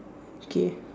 K